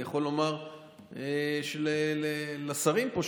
אני יכול לומר לשרים פה,